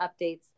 updates